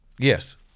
Yes